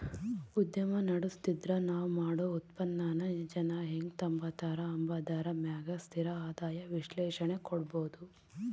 ಉದ್ಯಮ ನಡುಸ್ತಿದ್ರ ನಾವ್ ಮಾಡೋ ಉತ್ಪನ್ನಾನ ಜನ ಹೆಂಗ್ ತಾಂಬತಾರ ಅಂಬಾದರ ಮ್ಯಾಗ ಸ್ಥಿರ ಆದಾಯ ವಿಶ್ಲೇಷಣೆ ಕೊಡ್ಬೋದು